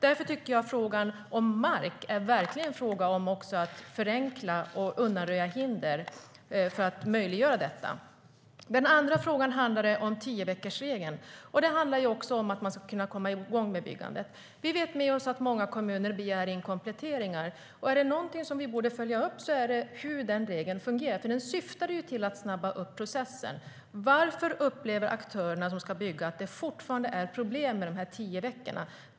Därför är frågan om mark verkligen är en fråga om att förenkla och undanröja hinder för att möjliggöra detta. Den andra frågan gällde tioveckorsregeln. Det handlar också om att man ska kunna komma igång med byggandet. Vi vet med oss att många kommuner begär in kompletteringar. Är det något vi borde följa upp är det hur den regeln fungerar, för den syftade till att snabba upp processen. Varför upplever då aktörerna som ska bygga att det fortfarande är problem med de tio veckorna?